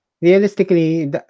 Realistically